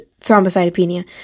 thrombocytopenia